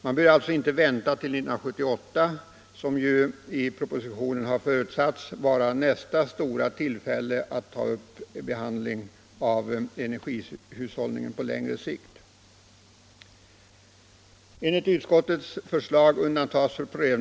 Man bör alltså inte vänta till 1978, som har förutsatts i propositionen vara nästa stora tillfälle att ta upp behandlingen av energihushållningen på längre sikt.